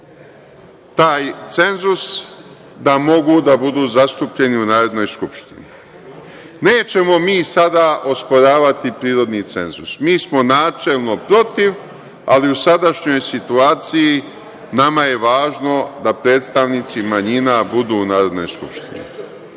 taj cenzus da mogu da budu zastupljeni u Narodnoj skupštini. Nećemo mi sada osporavati prirodni cenzus. Mi smo načelno protiv, ali u sadašnjoj situaciji nama je važno da predstavnici manjina budu u Narodnoj skupštini.